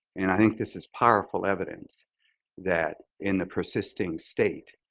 and i think this is powerful evidence that in the persisting state,